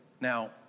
Now